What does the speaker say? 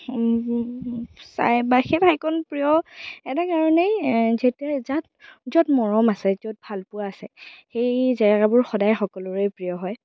চাই বা সেই ঠাইকণ প্ৰিয় এটা কাৰণেই যেতিয়া যাক য'ত মৰম আছে য'ত ভালপোৱা আছে সেই জেগাবোৰ সদায় সকলোৰে প্ৰিয় হয়